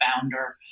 founder